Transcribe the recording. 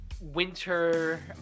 winter